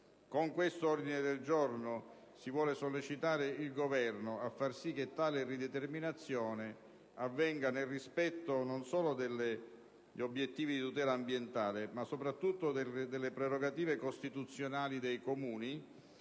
Con questo ordine del giorno si vuole sollecitare il Governo a far sì che tale rideterminazione avvenga nel rispetto non solo degli obiettivi di tutela ambientale, ma soprattutto delle prerogative costituzionali dei Comuni,